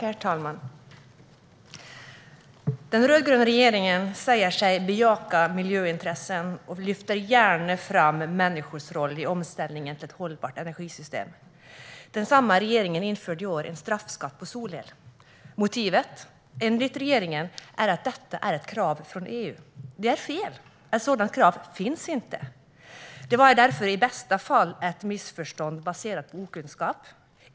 Herr talman! Den rödgröna regeringen säger sig bejaka miljöintressen och lyfter gärna fram människors roll i omställningen till ett hållbart energisystem. Samma regering införde i år en straffskatt på solel. Motivet var enligt regeringen att detta är ett krav från EU. Det är fel. Ett sådant krav finns inte. Det var därför i bästa fall ett missförstånd baserat på okunskap.